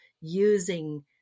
using